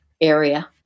area